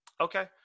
Okay